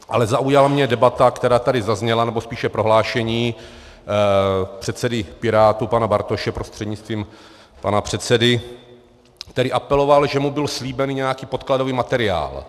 Ale zaujala mě debata, která tady zazněla, nebo spíše prohlášení předsedy Pirátů pana Bartoše prostřednictvím pana předsedy, který apeloval, že mu byl slíben nějaký podkladový materiál.